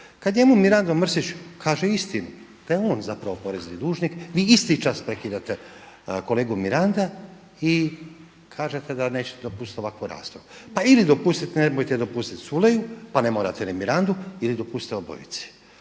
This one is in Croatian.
Kada jednom Mirando Mrsić kaže istinu da je on zapravo porezni dužni, vi isti čas prekidate kolegu Miranda i kažete da nećete dopustiti ovakvu raspravu. Pa ili nemojte dopustiti Culeju, pa ne morate ni Mirandu ili dopustite obojici.